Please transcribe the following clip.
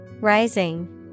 Rising